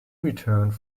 returned